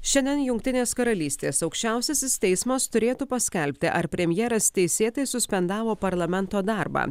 šiandien jungtinės karalystės aukščiausiasis teismas turėtų paskelbti ar premjeras teisėtai suspendavo parlamento darbą